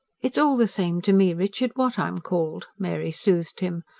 it's all the same to me, richard, what i'm called, mary soothed him.